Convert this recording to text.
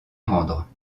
rendre